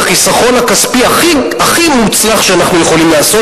היא החיסכון הכספי הכי מוצלח שאנחנו יכולים לעשות